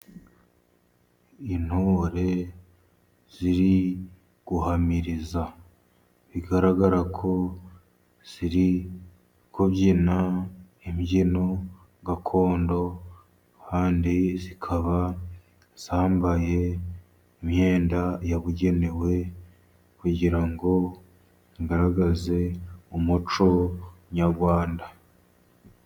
Intore ziri guhamiriza, bigaragara ko ziri kubyina imbyino gakondo, kandi zikaba zambaye imyenda yabugenewe, kugira ngo igaragaze umuco nyarwanda.